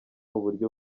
uburyo